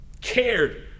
cared